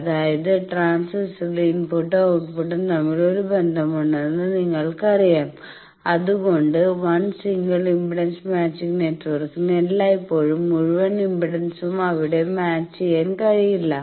അതായത് ട്രാൻസിസ്റ്ററിലെ ഇൻപുട്ടും ഔട്ട്പുട്ട്ടും തമ്മിൽ ഒരു ബന്ധമുണ്ടെന്ന് നിങ്ങൾക്കറിയാം അതുകൊണ്ട് 1 സിംഗിൾ ഇംപെഡൻസ് മാച്ചിംഗ് നെറ്റ്വർക്കിന് എല്ലായ്പ്പോഴും മുഴുവൻ ഇംപെഡൻസും അവിടെ മാച്ച് ചെയ്യാൻ കഴിയില്ല